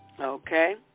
Okay